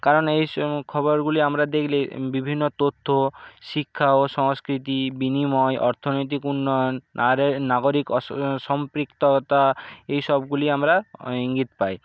কারণ এই খবরগুলি আমরা দেখলে বিভিন্ন তথ্য শিক্ষা ও সংস্কৃতি বিনিময় অর্থনৈতিক উন্নয়ন আরে নাগরিক সম্পৃক্ততা এই সবগুলি আমরা অ ইঙ্গিত পাই